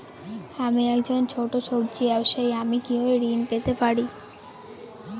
আমি একজন ছোট সব্জি ব্যবসায়ী আমি কিভাবে ঋণ পেতে পারি?